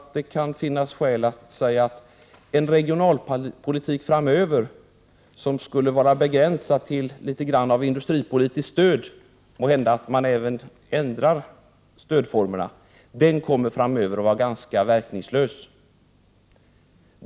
Det kan nog finnas skäl att säga att en regionalpolitik framöver som skulle vara något begränsad av industripolitiskt stöd — måhända att man även ändrar stödformerna — kommer att vara ganska verkningslös.